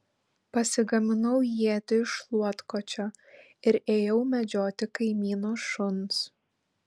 pasigaminau ietį iš šluotkočio ir ėjau medžioti kaimyno šuns